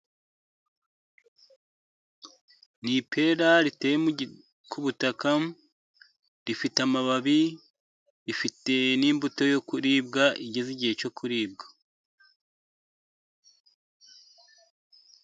Ni ipera riteye ku butaka. Rifite amababi ,ifite n'imbuto yo kuribwa, igeze igihe cyo kuribwa.